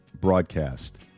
broadcast